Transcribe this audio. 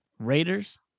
Raiders